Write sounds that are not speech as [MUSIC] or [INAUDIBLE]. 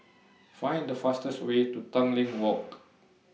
Find The fastest Way to [NOISE] Tanglin Walk